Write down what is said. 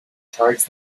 charged